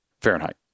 Fahrenheit